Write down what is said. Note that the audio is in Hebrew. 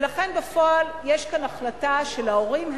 ולכן, בפועל, יש כאן החלטה של ההורים.